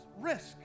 risk